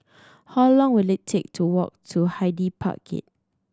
how long will it take to walk to Hyde Park Gate